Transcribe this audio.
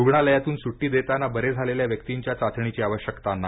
रुग्णालयातून सुटी देताना बरे झालेल्या व्यक्तिंच्या चाचणीची आवश्यकता नाही